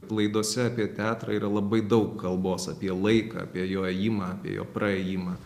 laidose apie teatrą yra labai daug kalbos apie laiką apie jo ėjimą apie jo praėjimą